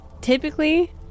Typically